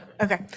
Okay